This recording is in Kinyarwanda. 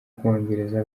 bwongereza